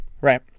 right